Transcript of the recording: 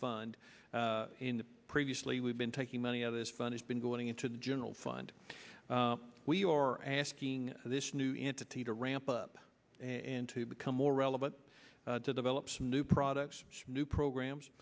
fund in previously we've been taking money of this fund it's been going into the general fund we are asking this new entity to ramp up and to become more relevant to develop some new products new programs